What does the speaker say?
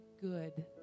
good